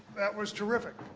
that was terrific.